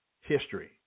history